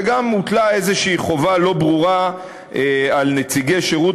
וגם הוטלה איזו חובה לא ברורה על נציגי שירות